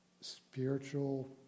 spiritual